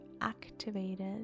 activated